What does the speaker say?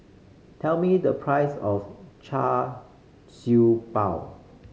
tell me the price of Char Siew Bao